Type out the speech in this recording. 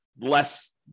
less